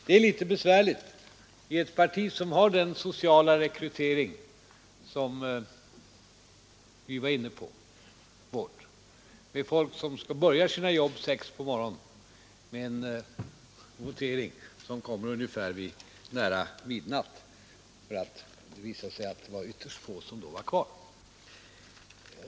Det är litet besvärligt i ett parti som har den sociala rekrytering som vårt, med folk som börjar sina jobb kl. 6 på morgonen, att genomföra en votering nära midnatt; det visade sig att det var ytterst få som då var kvar.